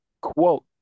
quote